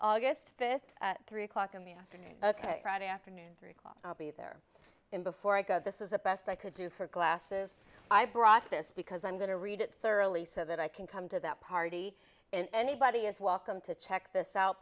august fifth at three o'clock in the afternoon ok friday afternoon three o'clock be there in before i go this is the best i could do for glasses i brought this because i'm going to read it thoroughly so that i can come to that party and anybody is welcome to check this out